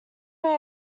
may